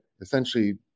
essentially